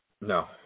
No